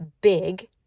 big